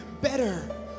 better